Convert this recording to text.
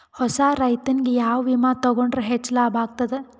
ಹೊಸಾ ರೈತನಿಗೆ ಯಾವ ವಿಮಾ ತೊಗೊಂಡರ ಹೆಚ್ಚು ಲಾಭ ಆಗತದ?